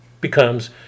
becomes